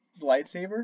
lightsaber